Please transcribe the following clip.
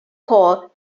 called